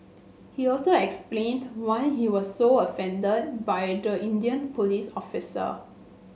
he also explained why he was so offended by the Indian police officer